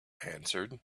answered